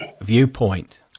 viewpoint